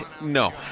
No